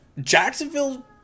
Jacksonville